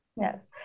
Yes